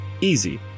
Easy